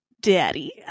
Daddy